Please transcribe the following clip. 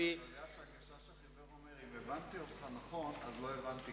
ואחר כך כבר היה מסוכן מאוד לעשות את השני.